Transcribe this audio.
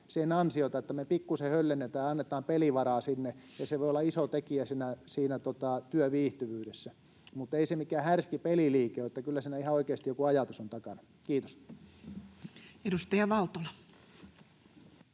sen ansiota, että me pikkuisen höllennetään ja annetaan pelivaraa, ja se voi olla iso tekijä siinä työviihtyvyydessä. Mutta ei se mikään härski peliliike ole, kyllä siinä ihan oikeasti joku ajatus on takana. — Kiitos. [Speech 233]